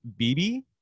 bb